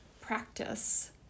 practice